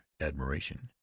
admiration